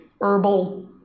herbal